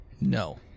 No